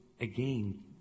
Again